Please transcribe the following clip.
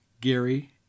Gary